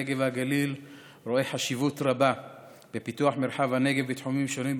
הנגב והגליל רואה חשיבות רבה בפיתוח מרחב הנגב בתחומים שונים,